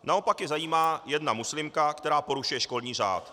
Naopak je zajímá jedna muslimka, která porušuje školní řád.